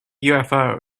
ufo